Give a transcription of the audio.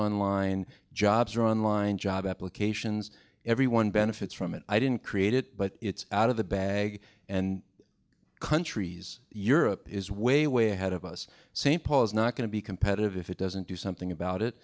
online jobs are online job applications everyone benefits from it i didn't create it but it's out of the bag and countries europe is way way ahead of us st paul is not going to be competitive if it doesn't do something about